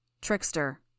Trickster